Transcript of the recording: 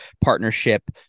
partnership